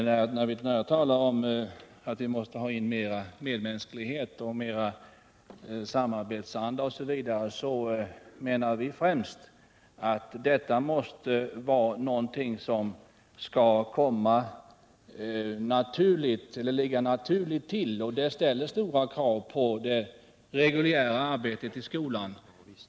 Herr talman! När jag talar om att vi måste ha in mera medmänsklighet och mera samarbetsanda osv., så menar jag främst att detta måste vara någonting som skall ligga naturligt till, och det ställer stora krav på det reguljära arbetet i skolan.